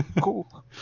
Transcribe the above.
cool